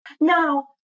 Now